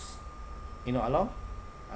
you know ah long